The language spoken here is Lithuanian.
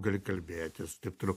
gali kalbėtis taip toliau